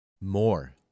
more